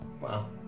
Wow